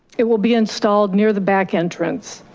it will be installed near the back entrance.